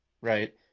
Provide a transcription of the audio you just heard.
right